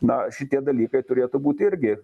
na šitie dalykai turėtų būt irgi